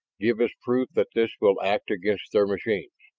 give us proof that this will act against their machines!